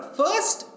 first